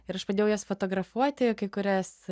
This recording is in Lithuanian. ir aš pradėjau jas fotografuoti kai kurias